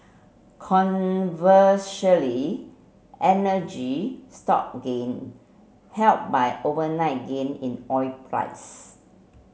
energy stock gained helped by overnight gain in oil price